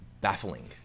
Baffling